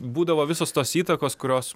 būdavo visos tos įtakos kurios